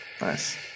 nice